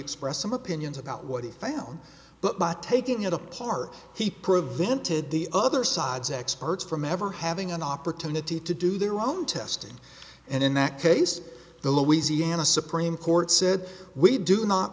expressed some opinions about what he found but by taking it apart he prevented the other side's experts from ever having an opportunity to do their own testing and in that case the louisiana supreme court said we do not